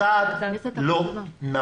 צעד לא נכון,